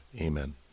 Amen